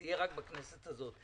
שתהיה רק בכנסת הזאת.